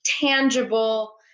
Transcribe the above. tangible